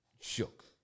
Shook